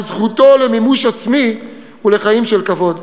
על זכותו למימוש עצמי ולחיים של כבוד.